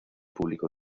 público